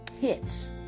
hits